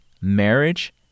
marriage